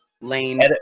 Lane